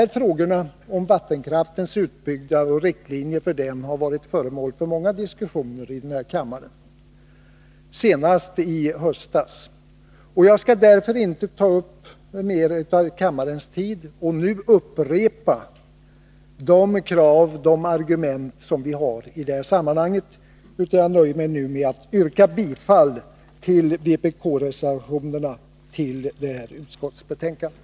Riktlinjerna för vattenkraftens utbyggnad har varit föremål för många diskussioner här i kammaren, senast i höstas, och jag skall därför inte nu ta upp mer av kammarledamöternas tid genom att upprepa de krav och argument som vi har i det här sammanhanget. Jag nöjer mig nu med att yrka bifall till vpk-reservationerna vid utskottsbetänkandet.